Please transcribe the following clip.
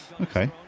okay